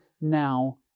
now